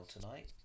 tonight